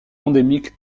endémique